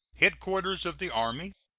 headquarters of the army,